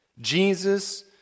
Jesus